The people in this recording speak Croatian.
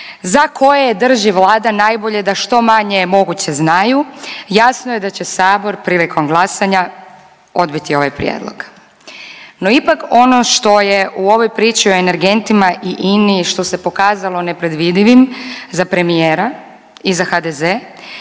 za koje drži Vlada je najbolje da što manje moguće znaju jasno je da će Sabor prilikom glasanja odbiti ovaj prijedlog. No, ipak ono što je u ovoj priči o energentima i INA-i što se pokazalo nepredvidivim za premijera i za HDZ-e